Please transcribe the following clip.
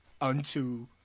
unto